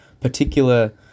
particular